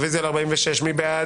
רביזיה על 32. מי בעד?